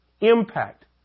impact